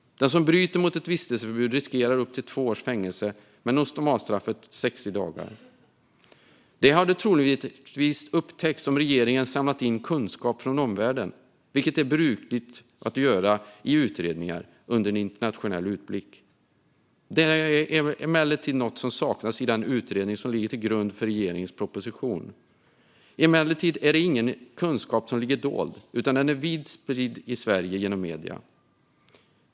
Den som bryter mot ett vistelseförbud riskerar upp till två års fängelse, men normalstraffet är 60 dagar. Det hade troligtvis upptäckts om regeringen hade samlat in kunskap från omvärlden, vilket är brukligt att göra i utredningar under internationell utblick. Det saknas emellertid i den utredning som ligger till grund för regeringens proposition. Det är ingen dold kunskap, utan den är vida spridd i Sverige genom medierna.